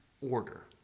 order